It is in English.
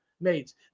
mates